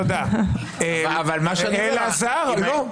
מה שאני רוצה --- אלעזר, לא.